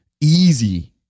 easy